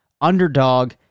Underdog